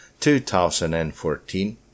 2014